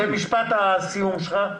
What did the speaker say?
ומשפט הסיום שלך.